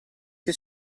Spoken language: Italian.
che